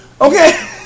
Okay